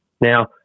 Now